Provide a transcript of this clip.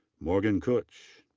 morgan kutsch.